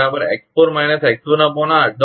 બરાબર છે